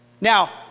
Now